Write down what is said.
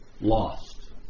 lost